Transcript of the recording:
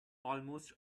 almost